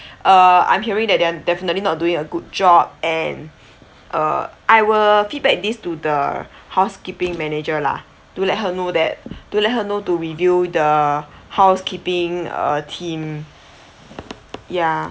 err I'm hearing that they are definitely not doing a good job and uh I will feedback these to the housekeeping manager lah to let her know that to let her know to review the housekeeping uh team ya